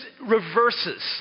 reverses